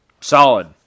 Solid